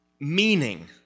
meaning